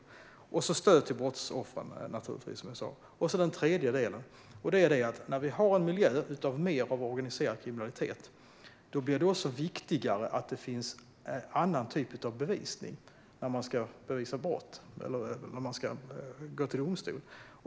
Vi ska också ge stöd till brottsoffren, som jag sa. Den tredje delen är att när vi har en miljö med mer av organiserad kriminalitet blir det också viktigare att det finns annan bevisning när man ska bevisa brott och gå till domstol.